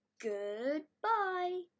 Goodbye